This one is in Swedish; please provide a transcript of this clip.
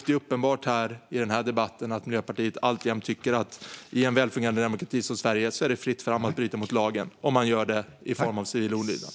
Det är uppenbart i den här debatten att Miljöpartiet alltjämt tycker att i en välfungerande demokrati som Sverige är det fritt fram att bryta mot lagen, om man gör det i form av civil olydnad.